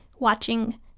watching